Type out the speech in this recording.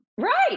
Right